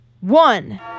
One